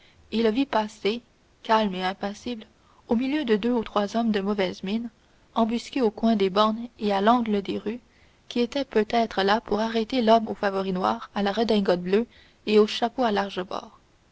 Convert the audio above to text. le vit passer calme et impassible au milieu de deux ou trois hommes de mauvaise mine embusqués au coin des bornes et à l'angle des rues qui étaient peut-être là pour arrêter l'homme aux favoris noirs à la redingote bleue et au chapeau à larges bords